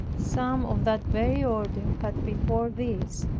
some of that very order had before this,